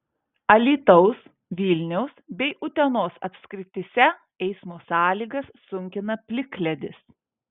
alytaus vilniaus bei utenos apskrityse eismo sąlygas sunkina plikledis